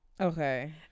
okay